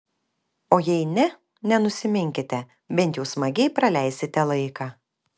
o jei ne nenusiminkite bent jau smagiai praleisite laiką